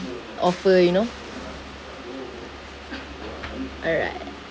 offer you know alright